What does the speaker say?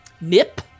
nip